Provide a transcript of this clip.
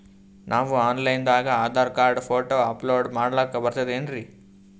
ನಾವು online ದಾಗ Aadhaar card, photo upload ಮಾಡ್ಲಕ ಬರ್ತದೇನ್ರಿ?